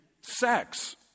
sex